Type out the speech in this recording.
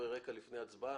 דברי הרקע לפני ההצבעה.